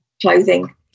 clothing